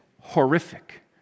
horrific